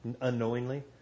unknowingly